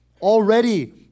Already